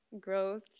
growth